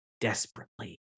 desperately